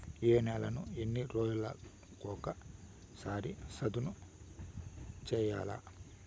ఏ నేలను ఎన్ని రోజులకొక సారి సదును చేయల్ల?